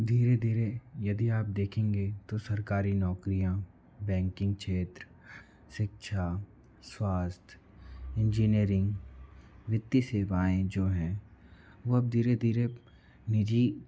धीरे धीरे यदि आप देखेंगे तो सरकारी नौकरियाँ बैंकिंग क्षेत्र शिक्षा स्वास्थय इंजीनियरिंग वित्ती सेवाऍं जो हैं वह अब धीरे धीरे निजी